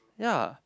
ya